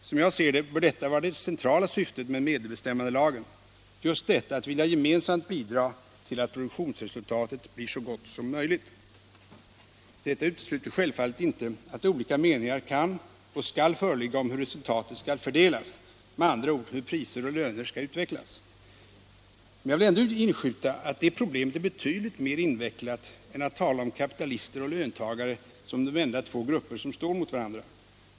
Som jag ser det bör det centrala syftet med medbestämmandelagen vara just att vilja gemensamt bidra till att produktionsresultatet blir så gott som möjligt. Detta utesluter självfallet inte att olika meningar kan och skall föreligga om hur resultatet skall fördelas, eller med andra ord hur priser och löner skall utvecklas. Jag vill ändå inskjuta att det problemet är betydligt mer invecklat än att tala om kapitalister och löntagare som de enda två grupper som står mot varandra.